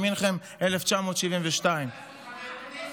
במינכן 1972. מנסור עבאס הוא חבר כנסת.